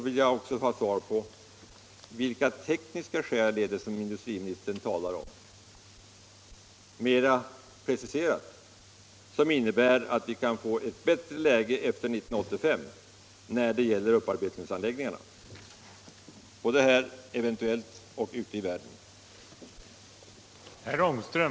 Vilka tekniska skäl är det mera preciserat som industriministern talar om, som innebär att man både här och ute i världen efter 1985 kan få ett bättre läge när det gäller upparbetningsanläggningarna?